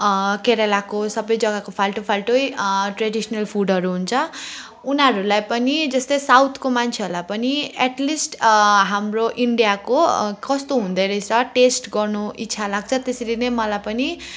केरलाको सबै जग्गाको फाल्टो फाल्टै ट्रेडिसनल फुडहरू हुन्छ उनीहरूलाई पनि जस्तै साउथको मान्छेहरूलाई पनि एटलिस्ट हाम्रो इन्डियाको कस्तो हुँदोरहेछ टेस्ट गर्नु इच्छा लाग्छ त्यसरी नै मलाई पनि